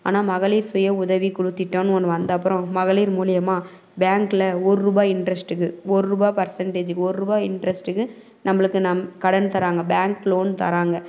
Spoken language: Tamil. ஆனால் மகளிர் சுய உதவி குழு திட்டோனு ஒன்று வந்த அப்புறம் மகளிர் மூலிமா பேங்க்கில் ஒரு ரூபாய் இன்டெர்ஸ்டுக்கு ஒரு ரூபாய் பர்ஸன்டேஜுக்கு ஒரு ரூபாய் இன்டெர்ஸ்டுக்கு நம்பளுக்கு கடன் தராங்க பேங்க் லோன் தராங்க